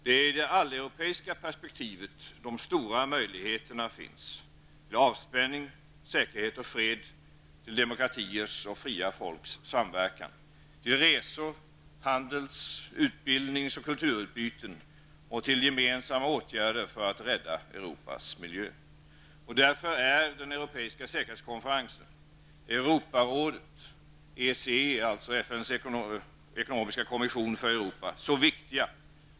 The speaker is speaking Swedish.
Det är i det alleuropeiska perspektivet de stora möjligheterna finns -- till avspänning, säkerhet och fred, till demokratiers och fria folks samverkan, till resor, handels-, utbildnings och kulturutbyten samt till gemensamma åtgärder för att rädda Europas miljö. Därför är ESK, Europarådet och ECE så viktiga.